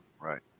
Right